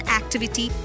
activity